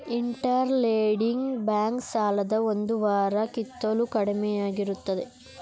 inter lending bank ಸಾಲದ ಒಂದು ವಾರ ಕಿಂತಲೂ ಕಡಿಮೆಯಾಗಿರುತ್ತದೆ